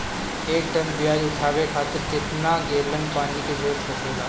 एक टन प्याज उठावे खातिर केतना गैलन पानी के जरूरत होखेला?